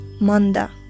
manda